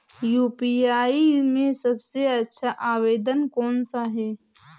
UPI में सबसे अच्छा आवेदन कौन सा होता है?